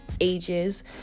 ages